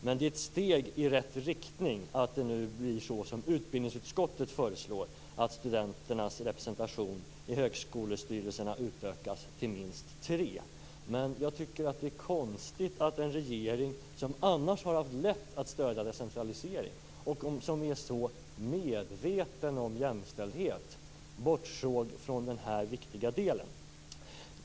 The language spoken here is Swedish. Men det är ett steg i rätt riktning att det nu blir som utbildningsutskottet föreslår, att studenternas representation i högskolestyrelserna utökas till minst tre. Men jag tycker att det är konstigt att en regering som annars har haft lätt att stödja en decentralisering, och som är så medveten om jämställdhet, bortsåg från den här viktiga delen.